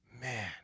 man